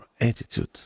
attitude